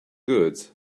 goods